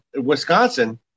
Wisconsin